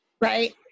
right